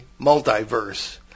multiverse